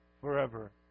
forever